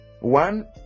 One